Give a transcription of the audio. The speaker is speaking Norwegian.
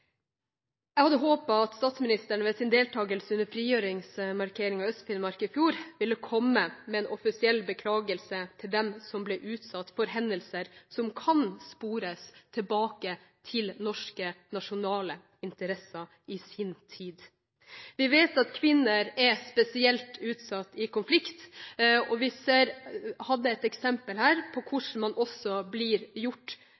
Jeg hadde håpet at statsministeren under sin deltakelse ved markeringen for frigjøringen av Øst-Finnmark i fjor høst ville kommet med en offisiell beklagelse til dem som ble utsatt for hendelser som kan spores tilbake til norske nasjonale interesser i sin tid. Vi vet at kvinner er spesielt utsatt i konflikter, og vi hadde et eksempel her på hvordan de også blir